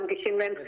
מנגישים להם סרטונים,